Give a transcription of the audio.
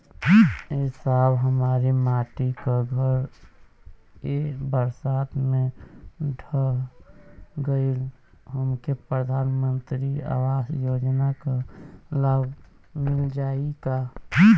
ए साहब हमार माटी क घर ए बरसात मे ढह गईल हमके प्रधानमंत्री आवास योजना क लाभ मिल जाई का?